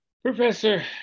Professor